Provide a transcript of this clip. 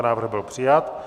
Návrh byl přijat.